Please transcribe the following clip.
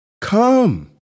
come